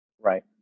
Right